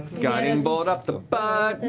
guiding bolt up the butt! and